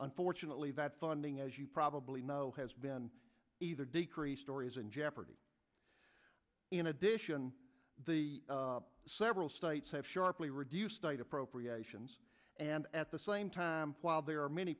unfortunately that funding as you probably know has been either decrease stories in jeopardy in addition the several states have sharply reduced night appropriations and at the same time while there are many